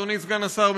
אדוני סגן השר,